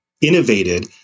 innovated